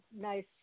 nice